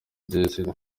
desire